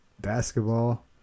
basketball